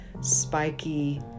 spiky